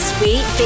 Sweet